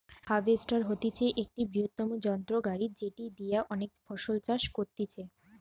harvester হতিছে একটা বৃহত্তম যন্ত্র গাড়ি যেটি দিয়া অনেক ফসল চাষ করতিছে